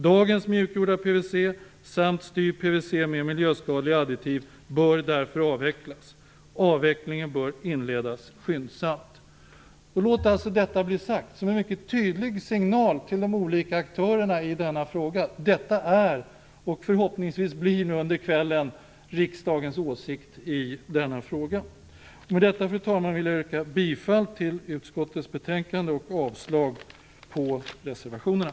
Dagens mjukgjorda PVC samt styv PVC med miljöskadliga additiv bör därför avvecklas. Avvecklingen bör inledas skyndsamt." Låt alltså detta bli sagt, som en mycket tydlig signal till de olika aktörerna i denna fråga! Detta är och blir förhoppningsvis under kvällen riksdagens åsikt i denna fråga. Med detta, fru talman, vill jag yrka bifall till utskottets hemställan och avslag på reservationerna.